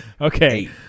okay